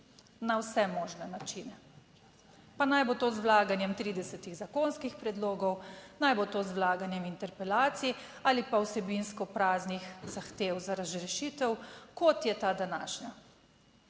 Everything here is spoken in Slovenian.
na vse možne načine, pa naj bo to z vlaganjem 30 zakonskih predlogov, naj bo to z vlaganjem interpelacij ali pa vsebinsko praznih zahtev za razrešitev, kot je ta današnja,